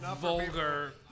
vulgar